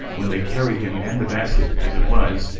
when they carried him and the basket, as it was,